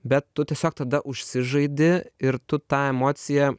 bet tu tiesiog tada užsižaidi ir tu tą emociją